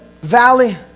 valley